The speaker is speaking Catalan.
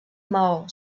maó